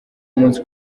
umunsi